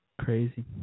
Crazy